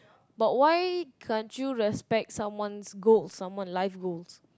but why can't you respect someone's goals someone's life goals